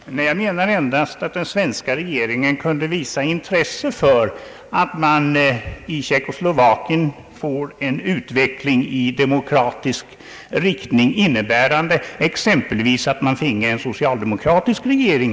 Herr talman! Jag menar endast att den svenska regeringen kunde visa intresse för att man i Tjeckoslovakien fick en utveckling i demokratisk riktning, innebärande exempelvis att landet får en socialdemokratisk regering.